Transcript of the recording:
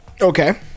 Okay